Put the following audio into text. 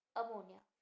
ammonia